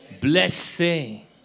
blessing